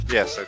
Yes